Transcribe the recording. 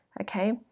okay